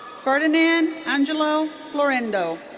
ferdinand angelo florendo.